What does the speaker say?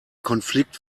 konflikt